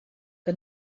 que